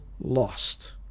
lost